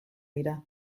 dira